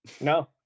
no